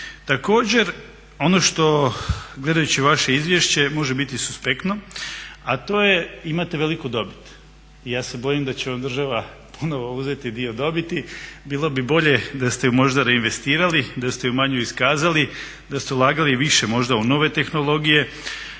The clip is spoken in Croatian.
Također, ono što gledajući vaše izvješće može biti suspektno, a to je imate veliku dobit i ja se bojim da će vam država ponovo uzeti dio dobiti. Bilo bi bolje da ste ju možda reinvestirali, da ste ju manju iskazali, da ste ulagali više možda u nove tehnologije